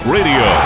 Radio